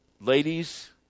ladies